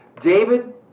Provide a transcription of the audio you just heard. David